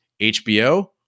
HBO